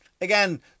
again